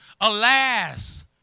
Alas